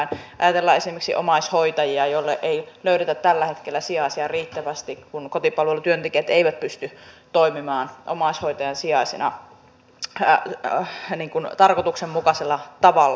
ajatellaan esimerkiksi omaishoitajia joille ei löydetä tällä hetkellä sijaisia riittävästi kun kotipalvelutyöntekijät eivät pysty toimimaan omaishoitajan sijaisena tarkoituksenmukaisella tavalla